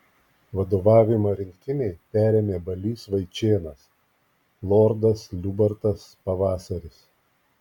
vadovavimą rinktinei perėmė balys vaičėnas lordas liubartas pavasaris